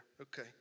Okay